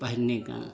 पहनने का